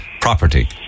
property